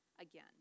again